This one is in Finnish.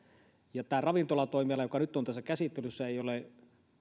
ja tämä ravintolatoimiala joka nyt on tässä käsittelyssä ei ole